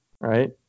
right